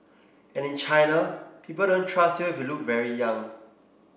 and in China people don't trust you if you look very young